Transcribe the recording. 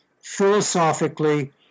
philosophically